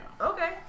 okay